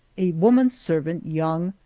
a woman-servant, young,